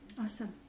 Awesome